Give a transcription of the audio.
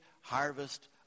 harvest